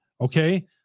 Okay